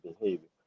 behavior